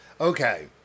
Okay